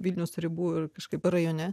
vilniaus ribų ir kažkaip rajone